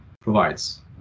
provides